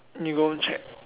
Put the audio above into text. need to go home check